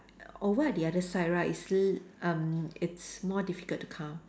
over at the other side right it's l~ um it's more difficult to count